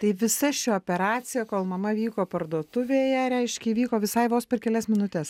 tai visa ši operacija kol mama vyko parduotuvėje reiškia įvyko visai vos per kelias minutes